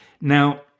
Now